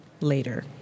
later